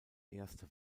erste